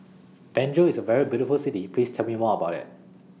Banjul IS A very beautiful City Please Tell Me More about IT